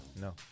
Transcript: No